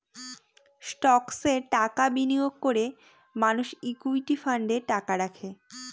স্টকসে টাকা বিনিয়োগ করে মানুষ ইকুইটি ফান্ডে টাকা রাখে